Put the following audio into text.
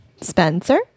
Spencer